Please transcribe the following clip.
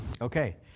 Okay